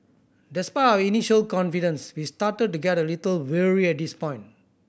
despite our initial confidence we started to get a little wary at this point